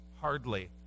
hardly